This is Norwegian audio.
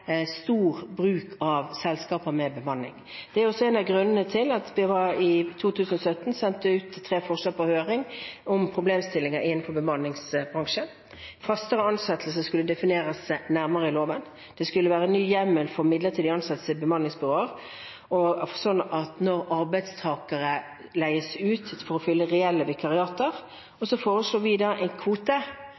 stor bruk av bemanningsselskaper. Det er også en av grunnene til at vi i 2017 sendte ut på høring tre forslag om problemstillinger innenfor bemanningsbransjen. Faste ansettelser skulle defineres nærmere i loven, det skulle være ny hjemmel for midlertidig ansettelse i bemanningsbyråer med hensyn til når arbeidstakere leies ut for å fylle reelle vikariater, og så foreslo vi en skisse til en kvote